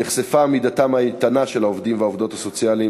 נחשפה עמידתם האיתנה של העובדים והעובדות הסוציאליים